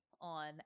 on